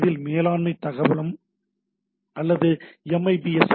இதில் மேலாண்மை தகவல் தளம் அல்லது எம்ஐபி எஸ்